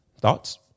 Thoughts